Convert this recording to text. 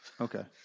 Okay